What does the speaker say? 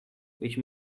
which